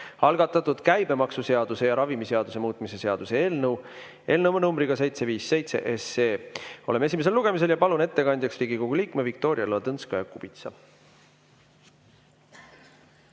algatatud käibemaksuseaduse ja ravimiseaduse muutmise seaduse eelnõu numbriga 757. Oleme esimesel lugemisel ja palun ettekandjaks Riigikogu liikme Viktoria Ladõnskaja-Kubitsa.